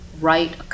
write